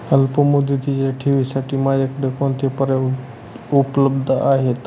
अल्पमुदतीच्या ठेवींसाठी माझ्याकडे कोणते पर्याय उपलब्ध आहेत?